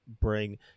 bring